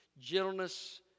gentleness